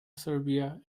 serbia